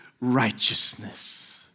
righteousness